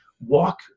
walk